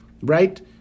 right